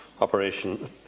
Operation